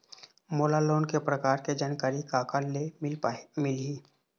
मोला लोन के प्रकार के जानकारी काकर ले मिल ही?